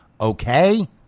Okay